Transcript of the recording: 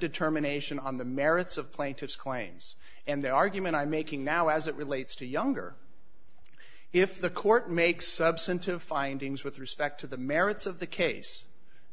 determination on the merits of plaintiff's claims and the argument i'm making now as it relates to younger if the court makes substantive findings with respect to the merits of the case